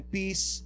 peace